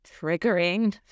triggering